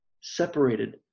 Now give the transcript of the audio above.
separated